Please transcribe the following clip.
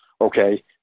Okay